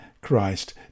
Christ